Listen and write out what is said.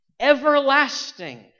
Everlasting